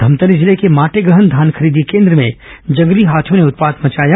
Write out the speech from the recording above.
धमतरी जिले के माटेगहन धान खरीदी केंद्र में जंगली हाथियों ने उत्पात मचाया